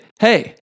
hey